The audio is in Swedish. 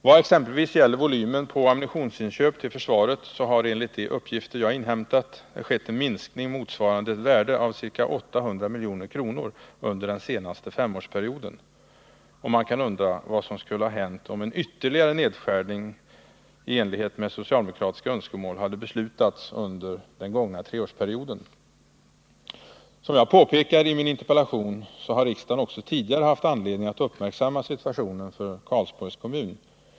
Vad exempelvis gäller volymen på ammunitionsinköp till försvaret har det enligt de uppgifter jag inhämtat skett en minskning, motsvarande ett värde av ca 800 milj.kr. under den senaste femårsperioden. Man kan undra vad som skulle ha hänt, om en ytterligare nedskärning i enlighet med socialdemokratiska önskemål hade beslutats under den gångna treårsperioden. Som jag påpekar i min interpellation har riksdagen också tidigare haft anledning att uppmärksamma situationen för Karlsborgs kommun.